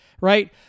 right